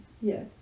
yes